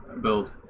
build